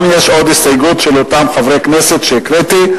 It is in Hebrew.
יש עוד הסתייגות, של אותם חברי כנסת שהקראתי.